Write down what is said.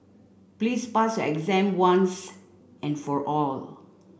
please pass your exam once and for all